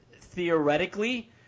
theoretically